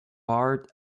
art